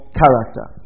character